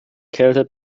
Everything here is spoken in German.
kälte